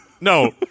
no